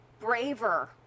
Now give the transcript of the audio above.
braver